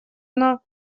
она